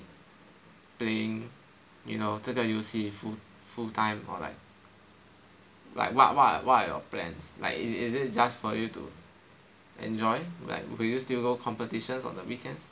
playing you know 这个游戏 full time or like like what what are your plans like is it just for you to enjoy like will you still go competitions on the weekends